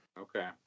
okay